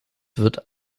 wird